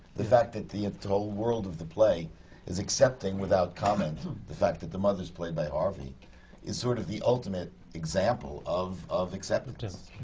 the fact that the whole world of the play is accepting without commenting, the fact that the mother's played by harvey is sort of the ultimate example of of acceptance.